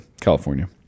california